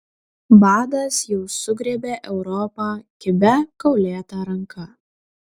badas jau sugriebė europą kibia kaulėta ranka